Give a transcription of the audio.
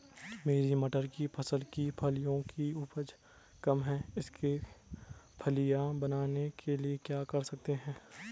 मेरी मटर की फसल की फलियों की उपज कम है इसके फलियां बनने के लिए क्या कर सकते हैं?